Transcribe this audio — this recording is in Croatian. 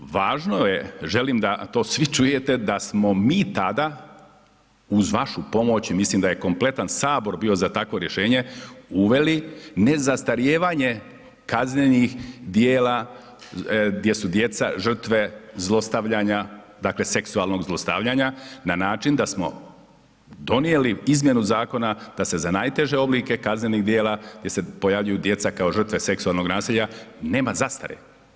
Važno je želim da to svi čujete da smo mi tada uz vašu pomoć i mislim da je kompletan sabor bio za takvo rješenje uveli nezastarijevanje kaznenih djela gdje su djeca žrtve zlostavljanja, dakle seksualnog zlostavljanja na način da smo donijeli izmjenu zakona da se za najteže oblike kaznenih djela gdje se pojavljuju djeca kao žrtve seksualnog nasilja, nema zastare.